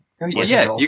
Yes